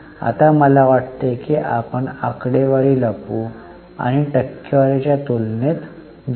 आता मला वाटते की आपण आकडेवारी लपवू आणि टक्केवारी च्या तुलनेत जाऊ